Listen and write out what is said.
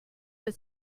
but